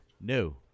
No